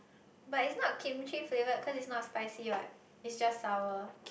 but it's not kimchi flavoured cause it's not spicy what it's just sour